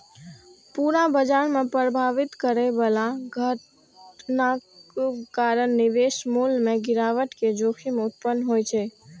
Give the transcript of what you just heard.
पूरा बाजार कें प्रभावित करै बला घटनाक कारण निवेश मूल्य मे गिरावट के जोखिम उत्पन्न होइ छै